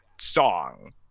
song